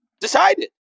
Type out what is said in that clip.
decided